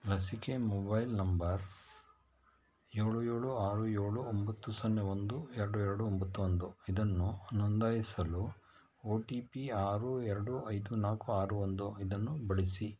ಲಸಿಕೆ mobile number ಏಳು ಏಳು ಆರು ಏಳು ಒಂಬತ್ತು ಸೊನ್ನೆ ಒಂದು ಎರಡು ಎರಡು ಒಂಬತ್ತು ಒಂದು ಇದನ್ನು ನೋಂದಾಯಿಸಲು ಓ ಟಿ ಪಿ ಆರು ಎರಡು ಐದು ನಾಲ್ಕು ಆರು ಒಂದು ಇದನ್ನು ಬಳಸಿ